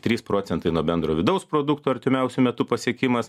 trys procentai nuo bendro vidaus produkto artimiausiu metu pasiekimas